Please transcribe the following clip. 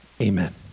amen